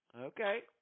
Okay